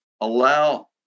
allow